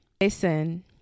Listen